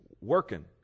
working